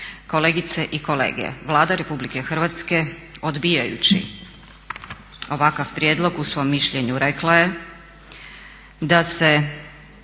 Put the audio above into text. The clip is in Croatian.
Kolegice i kolege Vlada Republike Hrvatske odbijajući ovakav prijedlog u svom mišljenju rekla je da se